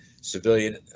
civilian